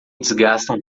desgastam